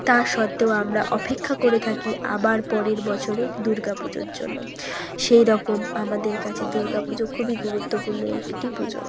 তা সত্ত্বেও আমরা অপেক্ষা করে থাকি আবার পরের বছরের দুর্গা পুজোর জন্য সেইরকম আমাদের কাছে দুর্গা পুজো খুবই গুরুত্বপূর্ণ একটি পুজো